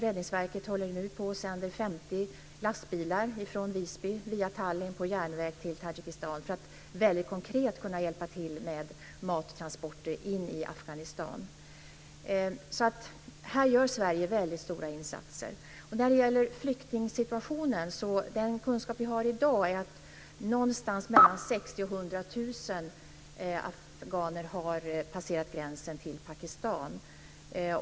Räddningsverket sänder nu 50 lastbilar från Visby via Tallinn på järnväg till Tadzjikistan för att väldigt konkret kunna hjälpa till med mattransporter in i Afghanistan. På det här området gör Sverige alltså mycket stora insatser. När det gäller flyktingsituationen har, enligt den kunskap vi har i dag, någonstans mellan 60 000 och 100 000 afghaner passerat gränsen till Pakistan.